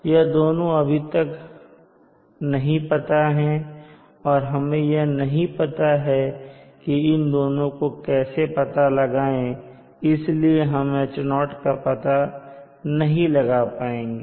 यह दोनों अभी तक नहीं पता है और हमें यह नहीं पता है कि इन दोनों को कैसे पता लगाएँ इसलिए हम H0 का पता नहीं लगा पाएंगे